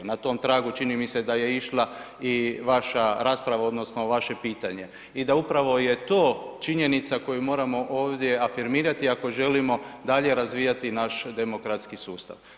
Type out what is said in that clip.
Na tom tragu čini mi se da je išla i vaša rasprava odnosno vaše pitanje i da upravo je to činjenica koju moramo ovdje afirmirati ako želimo dalje razvijati naš demokratski sustav.